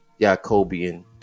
Jacobian